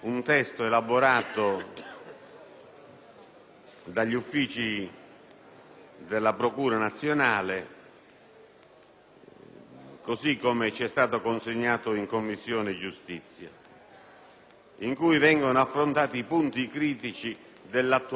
dagli uffici della Procura nazionale antimafia così come ci è stato consegnato in Commissione giustizia, in cui vengono affrontati i punti critici dell'attuale sistema.